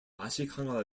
ashikaga